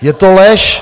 Je to lež!